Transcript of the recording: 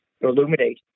illuminate